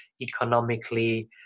economically